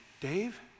Dave